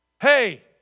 Hey